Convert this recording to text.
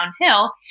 downhill